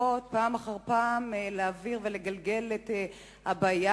ממשיכות פעם אחר פעם להעביר ולגלגל את הבעיה,